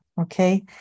Okay